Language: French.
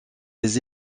des